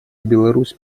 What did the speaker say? беларусь